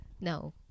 no